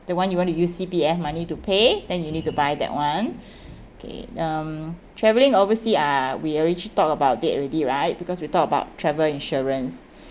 the one you want to use C_P_F money to pay then you need to buy that [one] okay um travelling overseas uh we already talk about it already right because we talk about travel insurance